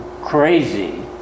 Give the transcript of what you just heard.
crazy